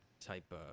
type